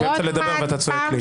אני באמצע לדבר, ואתה צועק לי.